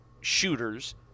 shooters